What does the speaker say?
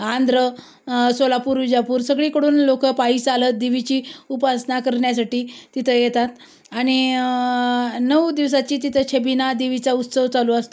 आंध्र सोलापूर विजापूर सगळीकडून लोकं पायी चालत देवीची उपासना करण्यासाठी तिथं येतात आणि नऊ दिवसाची तिथं शेबिना देवीचा उत्सव चालू असतो